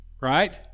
Right